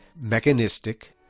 mechanistic